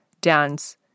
dance